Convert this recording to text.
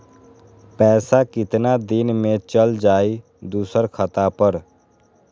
पैसा कितना दिन में चल जाई दुसर खाता पर?